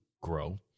grow